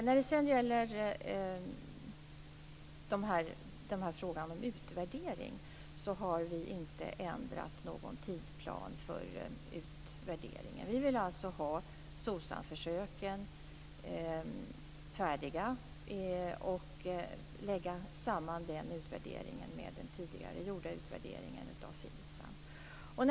När det sedan gäller frågan om utvärdering har vi inte ändrat någon tidsplan för utvärderingen. Vi vill alltså ha SOCSAM-försöken färdiga och lägga samman den utvärderingen med den tidigare gjorda utvärderingen av FINSAM.